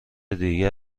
دیگر